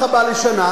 לשנה?